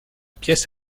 pièce